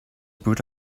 put